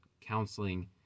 counseling